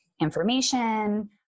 information